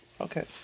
Okay